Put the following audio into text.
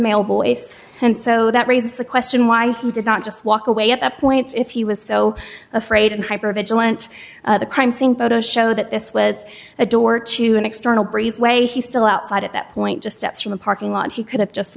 male voice and so that raises the question why he did not just walk away at that point if he was so afraid and hyper vigilant the crime scene photos show that this was a door to an external breezeway he still outside at that point just steps from a parking lot he could have just